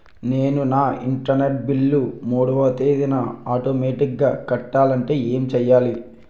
నేను నా internet bill మూడవ తేదీన ఆటోమేటిగ్గా కట్టాలంటే ఏం చేయాలి?